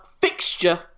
fixture